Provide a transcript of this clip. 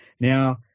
now